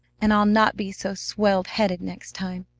and i'll not be so swelled-headed next time.